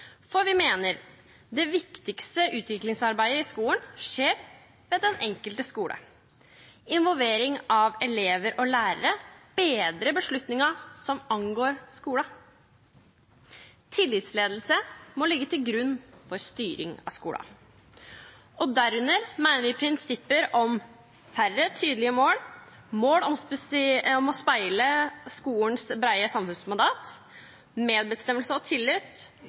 for vi mener at det viktigste utviklingsarbeidet i skolen skjer ved den enkelte skole, at involvering av elever og lærere bedrer beslutninger som angår skolen, og at tillitsledelse må ligge til grunn for styring av skolen. Og derunder mener vi at disse prinsippene må ligge til grunn: færre og tydeligere mål mål må speile skolens brede samfunnsmandat medbestemmelse og tillit